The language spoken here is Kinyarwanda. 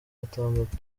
gatandatu